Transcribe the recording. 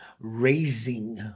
Raising